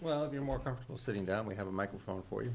well if you're more comfortable sitting down we have a microphone for